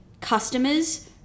customers